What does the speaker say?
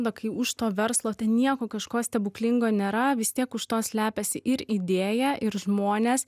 va kai už to verslo nieko kažko stebuklingo nėra vis tiek už to slepiasi ir idėja ir žmonės